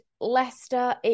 Leicester